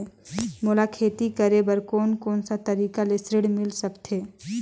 मोला खेती करे बर कोन कोन सा तरीका ले ऋण मिल सकथे?